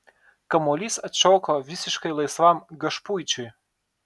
kamuolys atšoko visiškai laisvam gašpuičiui